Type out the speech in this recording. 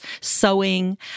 sewing